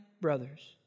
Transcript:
brothers